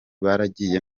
baragiye